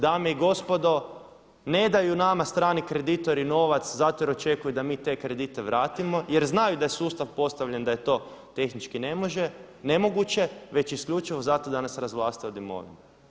Dame i gospodo ne daju nama strani kreditori novac zato jer očekuju da mi te kredite vratimo jer znaju da je sustav postavljen da je to tehnički nemoguće, već isključivo zato da nas razvlaste od imovine.